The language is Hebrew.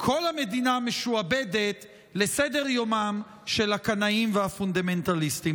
כל המדינה משועבדת לסדר-יומם של הקנאים והפונדמנטליסטים.